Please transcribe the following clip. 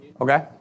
Okay